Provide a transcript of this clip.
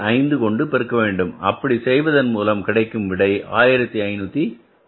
5 கொண்டு பெருக்க வேண்டும் அப்படி செய்வதன் மூலம் கிடைக்கும் விடை 1531